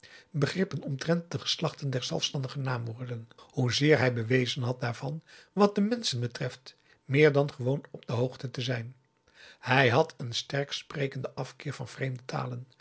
begrippen omtrent de geslachten der zelfstandige naamwoorden hoezeer hij bewezen had p a daum de van der lindens c s onder ps maurits daarvan wat de menschen betreft meer dan gewoon op de hoogte zijn hij had een sterk sprekenden afkeer van vreemde talen